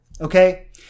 Okay